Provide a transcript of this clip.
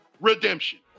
redemption